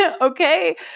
okay